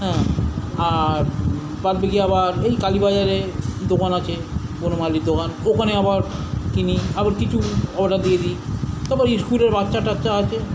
হ্যাঁ আর বাদবাকি আবার এই কালী বাজারে দোকান আছে বনমালীর দোকান ওখানে আবার কিনি আরো কিছু অর্ডার দিয়ে দিই তারপর স্কুলের বাচ্চা টাচ্চা আছে